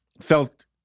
felt